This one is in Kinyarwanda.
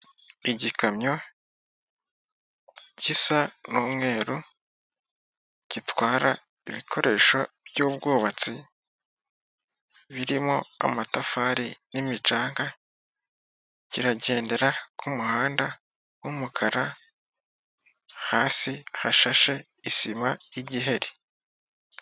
Igikamyo kisa n'umweru gitwara ibikoresho by'ubwubatsi, birimo amatafari n'imicanga kiragendera ku muhanda w'umukara hasi hashashe isima y'igiheri.